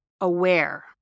aware